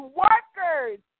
workers